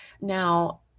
Now